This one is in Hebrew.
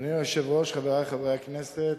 אדוני היושב-ראש, חברי חברי הכנסת,